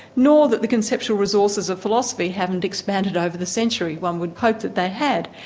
nor that the conceptual resources of philosophy haven't expanded over the century one would hope that they had.